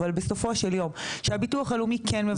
אבל בסופו של יום, שהביטוח הלאומי כן מבצע בקרות.